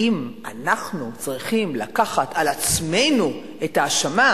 האם אנחנו צריכים לקחת על עצמנו את האשמה,